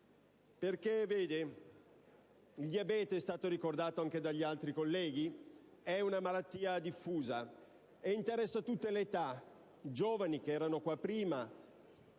italiano. Il diabete, è stato ricordato anche dagli altri colleghi, è una malattia diffusa, che interessa tutte le età: i giovani, che erano qua prima,